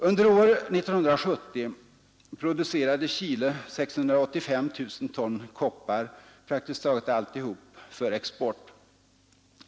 Under år 1970 producerade Chile 685 000 ton koppar — praktiskt taget allt för export.